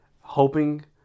hoping